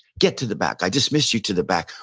get to the back. i dismiss you to the back.